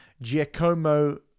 Giacomo